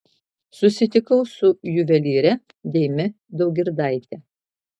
susitikau su juvelyre deime daugirdaite